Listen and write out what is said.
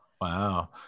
wow